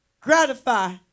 gratify